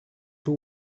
two